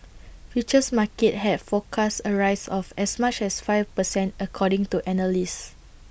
futures markets have forecast A rise of as much as five per cent according to analysts